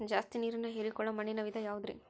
ಜಾಸ್ತಿ ನೇರನ್ನ ಹೇರಿಕೊಳ್ಳೊ ಮಣ್ಣಿನ ವಿಧ ಯಾವುದುರಿ?